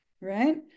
right